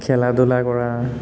খেলা ধূলা কৰা